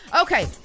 Okay